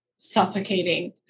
suffocating